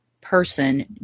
person